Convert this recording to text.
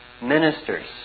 ministers